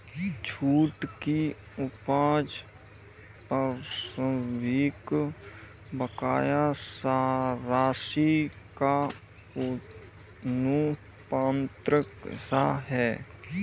छूट की उपज प्रारंभिक बकाया राशि का आनुपातिक हिस्सा है